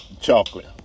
chocolate